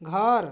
घर